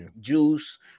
juice